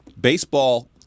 baseball